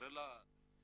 --- הרוב